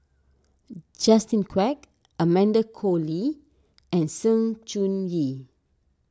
Justin Quek Amanda Koe Lee and Sng Choon Yee